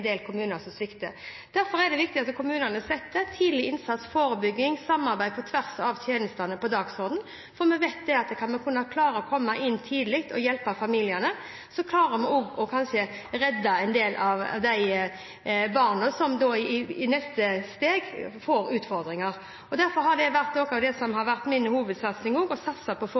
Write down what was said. del kommuner som svikter. Derfor er det viktig at kommunene setter tidlig innsats, forebygging og samarbeid på tvers av tjenestene på dagsordenen, for vi vet at kan man klare å komme inn tidlig og hjelpe familiene, klarer man kanskje også å redde en del av de barna som i neste steg får utfordringer. Derfor er dette noe av det som har vært min hovedsatsing – å satse på